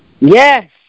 Yes